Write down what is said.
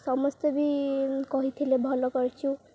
ସମସ୍ତେ ବି କହିଥିଲେ ଭଲ କରିଛୁ